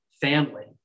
family